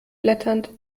blätternd